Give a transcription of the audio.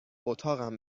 اتاقم